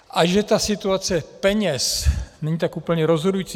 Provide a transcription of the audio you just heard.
A že ta situace peněz není tak úplně rozhodující...